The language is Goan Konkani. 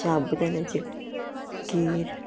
शाबूदन्याचे खीर